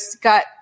got